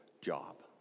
job